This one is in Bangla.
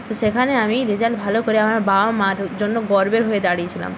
তো সেখানে আমি রেজাল্ট ভালো করে আমার বাবা মার জন্য গর্বের হয়ে দাঁড়িয়েছিলাম